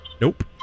Nope